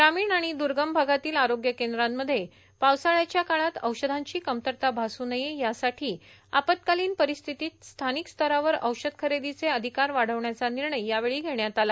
ग्रामीण आणि दुर्गम भागातील आरोग्य केंद्रामध्ये पावसाळ्याच्या काळात औषधांची कमतरता भास् नये यासाठी आपत्कालिन परिस्थितीत स्थानिकस्तरावर औषध खरेदीचे अधिकार वाढविण्याचा निर्णय यावेळी घेण्यात आला